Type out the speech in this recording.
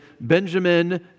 Benjamin